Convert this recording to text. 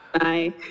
Bye